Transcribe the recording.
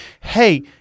hey